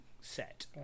set